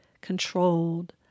controlled